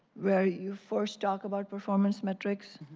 where you first talked about performance metrics.